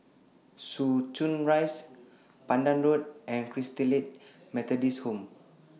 Soo Chow Rise Pandan Road and Christalite Methodist Home